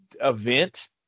event